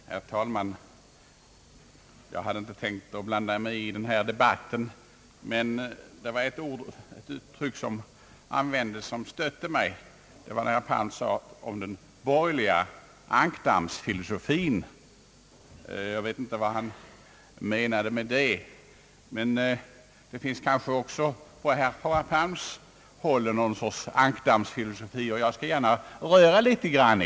Herr talman! Jag hade inte tänkt blanda mig i denna debatt, men herr Palms uttryck om »den borgerliga ankdammsfilosofin» stötte mig. Jag vet inte vad han menar med det. Också från hans sida finns kanske någon ankdammsfilosofi, och jag skall gärna röra om litet i den.